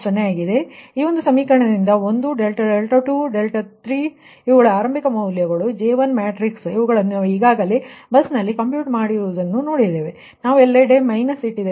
ಆದ್ದರಿಂದ ಈ ಒಂದು ಸಮೀಕರಣದಿಂದ 1∆2 ∆3 ಇವುಗಳು ಆರಂಭಿಕ ಮೌಲ್ಯಗಳು J1 ಮ್ಯಾಟ್ರಿಕ್ಸ್ ಇವುಗಳನ್ನು ನಾವು ಈಗಾಗಲೇ ಬಸ್ನಲ್ಲಿ ಕಂಪ್ಯೂಟ್ ಮಾಡಿರುವುದನ್ನು ನೋಡಿದ್ದೇವೆ ನಾನು ಎಲ್ಲೆಡೆ 1 ತೆಗೆದುಕೊಂಡಿದ್ದೇನೆ